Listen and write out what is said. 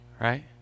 Right